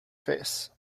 face